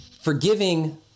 forgiving